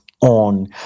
on